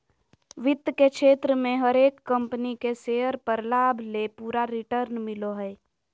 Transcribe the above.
वित्त के क्षेत्र मे हरेक कम्पनी के शेयर पर लाभ ले पूरा रिटर्न मिलो हय